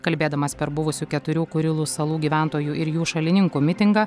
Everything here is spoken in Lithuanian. kalbėdamas per buvusių keturių kurilų salų gyventojų ir jų šalininkų mitingą